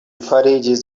fariĝis